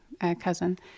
cousin